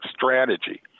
strategy